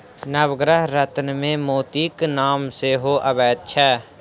नवग्रह रत्नमे मोतीक नाम सेहो अबैत छै